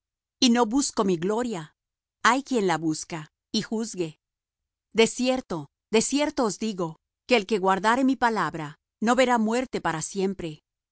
y no busco mi gloria hay quien la busque y juzgue de cierto de cierto os digo que el que guardare mi palabra no verá muerte para siempre